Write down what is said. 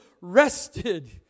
rested